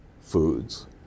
foods